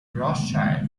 rothschild